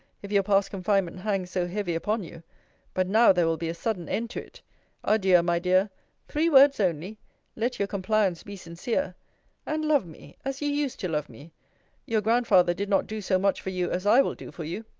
if your past confinement hangs so heavy upon you but now there will be a sudden end to it adieu, my dear three words only let your compliance be sincere and love me, as you used to love me your grandfather did not do so much for you, as i will do for you.